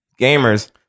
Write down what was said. gamers